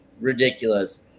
ridiculous